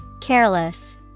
Careless